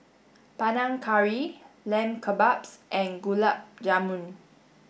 Panang Curry Lamb Kebabs and Gulab Jamun